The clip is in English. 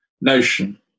notion